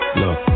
look